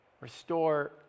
Restore